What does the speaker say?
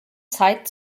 zeit